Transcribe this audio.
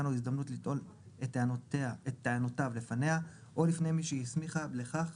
לו את ההזדמנות לטעות את טענותיו לפניה או לפני מי שהסמיכה לכך